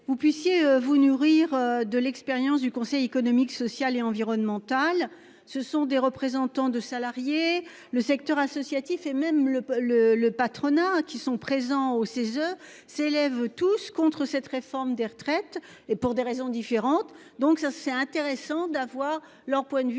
Vous puissiez vous nourrir de l'expérience du Conseil économique, social et environnemental. Ce sont des représentants de salariés le secteur associatif et même le le le patronat qui sont présents au CESE s'élèvent tous contre cette réforme des retraites et pour des raisons différentes, donc ça c'est intéressant d'avoir leur point de vue